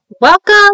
Welcome